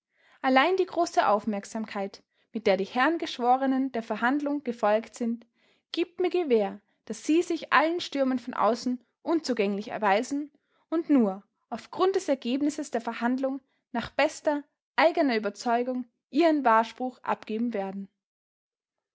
allein die große aufmerksamkeit mit der die herren geschworenen der verhandlung gefolgt sind gibt mir gewähr daß sie sich allen stürmen von außen unzugänglich erweisen und nur auf grund des ergebnisses der verhandlung nach bester eigener überzeugung ihren wahrspruch abgeben werden